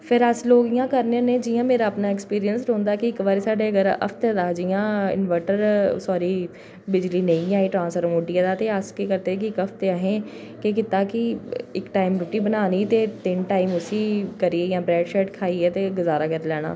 फिर अस लोक इं'या करने होने जियां मेरा अपना एक्सपीरियंस रौहंदा की इक्क बारी साढ़े घर हफ्ते दा जि'यां इनवर्टर साॅरी बिजली नेईं आई ट्रांसफार्मर उड्डी गेदा ते इक्क हफ्ते असें केह् कीता की इक्क टाईम रुट्टी बनानी ते तीन टाईम उसी करियै जां ब्रेड खाइयै गुज़ारा करना